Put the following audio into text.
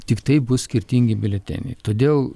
tiktai bus skirtingi biuleteniai todėl